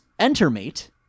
Entermate